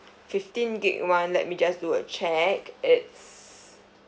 fifteen gig one let me just do a check it's